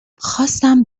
خواستم